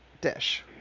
dish